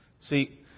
See